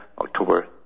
October